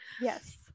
Yes